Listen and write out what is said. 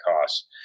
costs